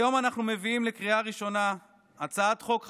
היום אנחנו מביאים לקריאה ראשונה הצעת חוק חשובה,